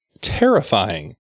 terrifying